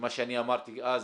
שמה שאני אמרתי אז